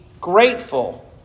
grateful